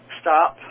stop